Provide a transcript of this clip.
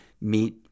meet